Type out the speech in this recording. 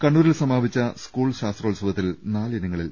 കണ്ണൂരിൽ സമാപിച്ച സ്കൂൾ ശാസ്ത്രോത്സവത്തിൽ നാലിനങ്ങളിൽ